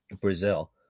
Brazil